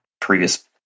previous